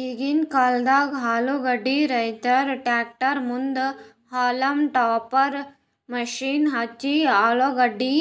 ಈಗಿಂದ್ ಕಾಲ್ದ ಆಲೂಗಡ್ಡಿ ರೈತುರ್ ಟ್ರ್ಯಾಕ್ಟರ್ ಮುಂದ್ ಹೌಲ್ಮ್ ಟಾಪರ್ ಮಷೀನ್ ಹಚ್ಚಿ ಆಲೂಗಡ್ಡಿ